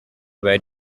where